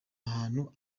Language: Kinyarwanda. ahantu